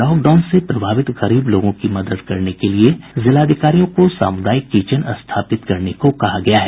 lockdown से प्रभावित गरीब लोगों को मदद करने के लिए जिलाधिकारियों को सामुदायिक किचेन स्थापित करने को कहा गया है